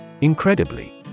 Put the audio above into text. Incredibly